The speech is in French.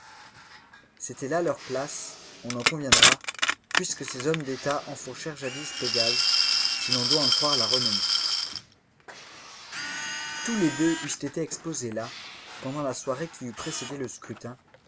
c'était là leur place on en conviendra puisque ces hommes d'état enfourchèrent jadis pégase si l'on doit en croire la renommée tous les deux eussent été exposés là pendant la soirée qui eût précédé le scrutin